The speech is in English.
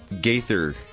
Gaither